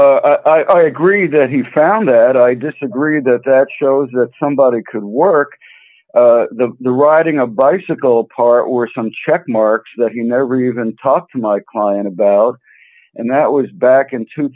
no i agree that he found that i d disagreed that that shows that somebody could work d the riding a bicycle part or some checkmarks that he never even talked to my client about and that was back in two